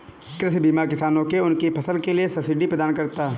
कृषि बीमा किसानों को उनकी फसलों के लिए सब्सिडी प्रदान करता है